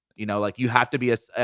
you know? like you have to be a,